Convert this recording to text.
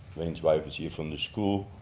wayne's wife is here from the school,